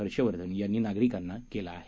हर्षवर्धन यांनी नागरिकांना केलं आहे